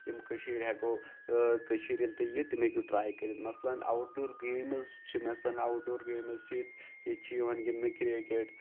یِم کٔشیٖرِ ہٮ۪کو کٔشیٖرِ ییٚلہِ تُہۍ یہِ تِم ہیٚکِو ٹرٛاے کٔرِتھ مثلاً آوُٹ ڈور گیمٕز چھِ مثلاً آوُٹ ڈور گیمٕز چھِ ییٚتہِ ییٚتہِ چھِ یِوان گِنٛدنہٕ کِرٛکٮ۪ٹ